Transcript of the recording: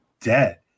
dead